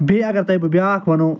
بیٚیہِ اگر تۄہہِ بہٕ بیٛاکھ وَنو